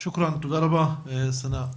שוקראן, תודה רבה, סנא.